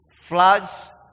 floods